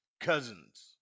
cousins